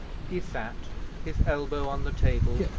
he sat his elbow on the table,